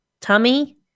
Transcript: tummy